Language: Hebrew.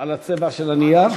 על הצבע של הנייר?